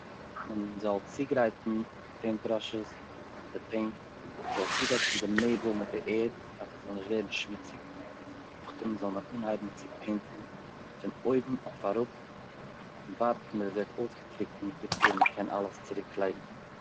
מען זאל צוגרייטן פעינט בראשעס און די פעינט, מ'זאל צודעקן די מעבל מיט די ערד אז ס'זאל נישט ווערן שמוציג, נאכדעם זאל מען אנהייבן צו פעינטן פון אויבן אויף אראפ און ווארטן ביז ס'ווערט אויסגעטרוקנט בעפאר ען קען אלעס צוריקלייגן.